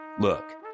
look